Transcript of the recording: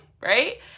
Right